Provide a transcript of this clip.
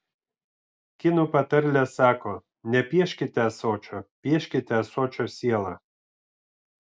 kinų patarlė sako nepieškite ąsočio pieškite ąsočio sielą